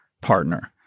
partner